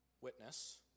witness